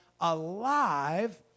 alive